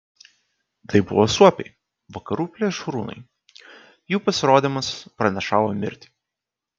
tai buvo suopiai vakarų plėšrūnai jų pasirodymas pranašavo mirtį